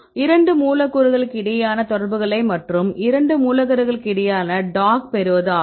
இரண்டு மூலக்கூறுகளுக்கிடையேயான தொடர்புகளைப் மற்றும் இரண்டு மூலக்கூறுகளுக்கு இடையிலான டாக் பெறுவது ஆகும்